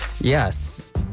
Yes